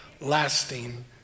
lasting